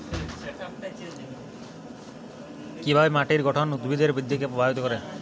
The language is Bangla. কিভাবে মাটির গঠন উদ্ভিদের বৃদ্ধিকে প্রভাবিত করে?